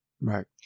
right